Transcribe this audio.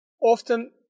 often